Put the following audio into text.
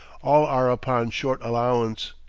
all are upon short allowance,